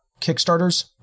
Kickstarters